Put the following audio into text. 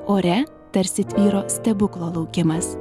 ore tarsi tvyro stebuklo laukimas